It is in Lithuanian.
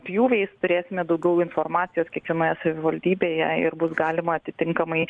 pjūviais turėsime daugiau informacijos kiekvienoje savivaldybėje ir bus galima atitinkamai